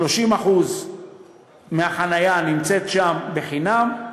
30% מהחניה שנמצאת שם הם חינם.